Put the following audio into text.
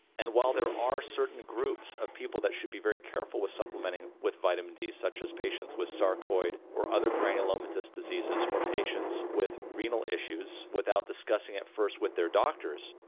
and while there are certain groups of people that should be very careful with supplementing with vitamin d, such as patients with sarcoid or other granulomatous diseases, or patients with renal issues, without discussing discussing at first with their doctors,